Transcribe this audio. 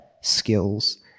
skills